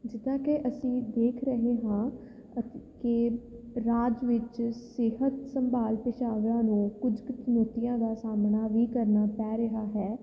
ਜਿੱਦਾਂ ਕਿ ਅਸੀਂ ਦੇਖ ਰਹੇ ਹਾਂ ਕਿ ਰਾਜ ਵਿੱਚ ਸਿਹਤ ਸੰਭਾਲ ਪੇਸ਼ਾਵਰਾਂ ਨੂੰ ਕੁਝ ਕੁ ਚੁਣੌਤੀਆਂ ਦਾ ਸਾਹਮਣਾ ਵੀ ਕਰਨਾ ਪੈ ਰਿਹਾ ਹੈ